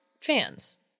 fans